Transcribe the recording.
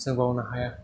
जों बावनो हाया